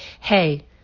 hey